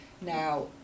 Now